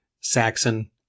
Saxon